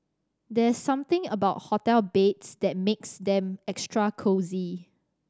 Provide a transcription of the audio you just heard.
there's something about hotel beds that makes them extra cosy